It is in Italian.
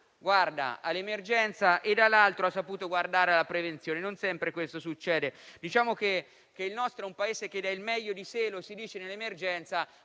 guarda all'emergenza e dall'altro ha saputo guardare alla prevenzione (e non sempre questo accade). Diciamo che il nostro è un Paese che dà il meglio di sé nell'emergenza,